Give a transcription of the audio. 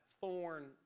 thorn